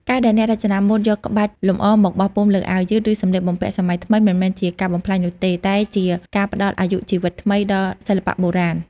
ការដែលអ្នករចនាម៉ូដយក ក្បាច់លម្អ មកបោះពុម្ពលើអាវយឺត ឬសម្លៀកបំពាក់សម័យថ្មី មិនមែនជាការបំផ្លាញនោះទេ តែជាការផ្តល់អាយុជីវិតថ្មីដល់សិល្បៈបុរាណ។